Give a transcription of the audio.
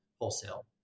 wholesale